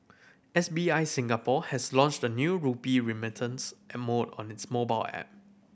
S B I Singapore has launched a new rupee remittance mode on its mobile app